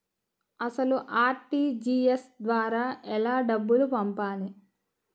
అసలు అర్.టీ.జీ.ఎస్ ద్వారా ఎలా డబ్బులు పంపాలి?